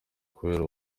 kubera